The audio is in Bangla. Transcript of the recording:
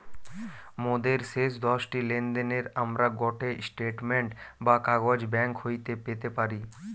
মোদের শেষ দশটি লেনদেনের আমরা গটে স্টেটমেন্ট বা কাগজ ব্যাঙ্ক হইতে পেতে পারি